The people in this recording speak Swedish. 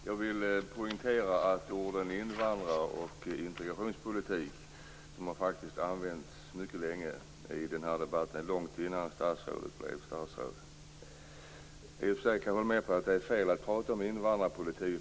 Fru talman! Jag vill poängtera att orden invandrare och integrationspolitik faktiskt har använts mycket länge i den här debatten, långt innan statsrådet blev statsråd. I och för sig kan jag hålla med om att det är fel att prata om invandrarpolitik.